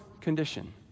condition